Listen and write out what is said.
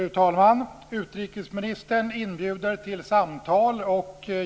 Fru talman! Utrikesministern inbjuder till samtal.